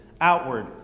outward